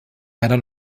leider